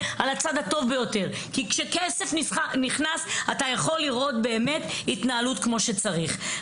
כי כשכסף נכנס אתה יכול לראות באמת התנהלות כמו שצריך.